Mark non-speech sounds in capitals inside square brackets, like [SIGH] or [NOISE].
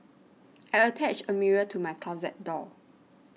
[NOISE] I attached a mirror to my closet door